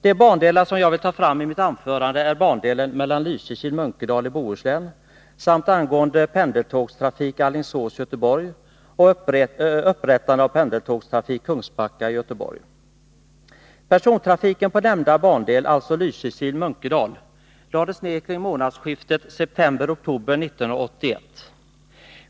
De frågor som jag vill ta upp i mitt anförande gäller bandelen Lysekil-Munkedal i Bohuslän, pendeltågstrafiken Alingsås-Göteborg och upprättande av pendeltågstrafik Kungsbacka-Göteborg. Persontrafiken på bandelen Lysekil-Munkedal lades ned kring månadsskiftet septemberoktober 1981.